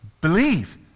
Believe